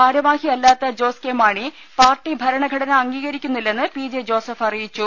ഭാരവാഹിയല്ലാത്ത ജോസ് കെ മാണി പാർട്ടി ഭരണഘടന അംഗീകരിക്കുന്നില്ലെന്ന് പി ജെ ജോസഫ് അറിയിച്ചു